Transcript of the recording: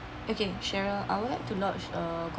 okay sheron I would like to lodge a